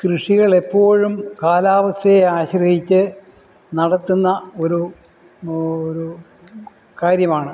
കൃഷികൾ എപ്പോഴും കാലാവസ്ഥയെ ആശ്രയിച്ച് നടക്കുന്ന ഒരു ഒരു കാര്യമാണ്